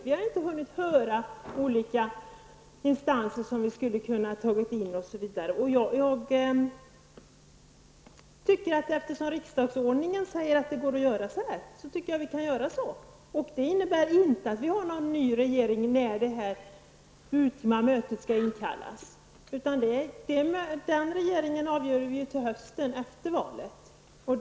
Vi har inte hunnit höra olika instanser osv. Eftersom riksdagsordningen säger att det går att göra så här, tycker jag vi kan göra det. Det innebär inte att vi har någon ny regering när det urtima mötet skall inkallas. Det är till hösten, efter valet, som vi avgör hur den nya regeringen skall se ut.